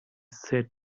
said